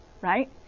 right